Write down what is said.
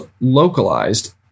localized